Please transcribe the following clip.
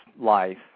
life